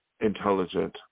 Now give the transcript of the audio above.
intelligent